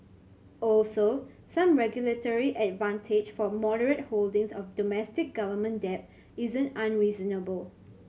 also some regulatory advantage for moderate holdings of domestic government debt isn't unreasonable